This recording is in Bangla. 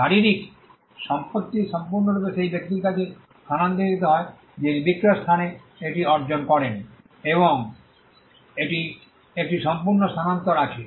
শারীরিক সম্পত্তি সম্পূর্ণরূপে সেই ব্যক্তির কাছে স্থানান্তরিত হয় যিনি বিক্রয় স্থানে এটি অর্জন করেন একটি সম্পূর্ণ স্থানান্তর আছে